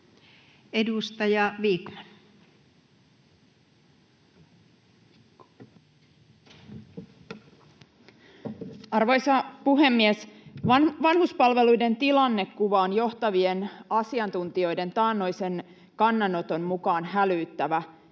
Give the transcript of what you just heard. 17:44 Content: Arvoisa puhemies! Vanhuspalveluiden tilannekuva on johtavien asiantuntijoiden taannoisen kannanoton mukaan hälyttävä.